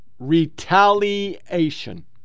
Retaliation